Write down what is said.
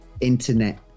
internet